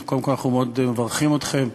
אז קודם כול אנחנו מאוד מברכים אתכם.